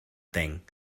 thing